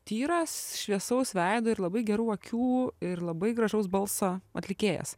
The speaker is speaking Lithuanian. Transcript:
tyras šviesaus veido ir labai gerų akių ir labai gražaus balso atlikėjas